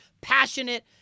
Passionate